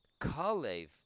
Kalev